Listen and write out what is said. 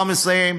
אני כבר מסיים.